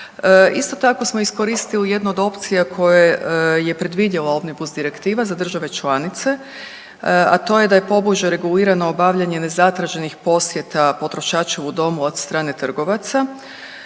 Isto tako smo iskoristili jednu od opcija koje je predvidjela Omnibus direktiva za države članice, a to je da je pobliže regulirano obavljanje nezatraženih posjeta potrošača u domu od strane trgovaca.